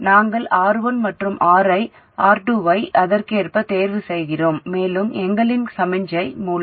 நாங்கள் R1 மற்றும் R2 ஐ அதற்கேற்ப தேர்வு செய்கிறோம் மேலும் எங்களின் சமிக்ஞை மூல VsRs